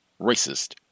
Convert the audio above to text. racist